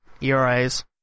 ERAs